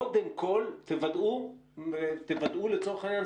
קודם כל תוודאו ולצורך העניין,